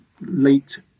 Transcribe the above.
late